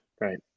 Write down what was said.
right